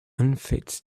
unfit